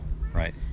Right